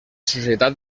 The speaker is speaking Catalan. societat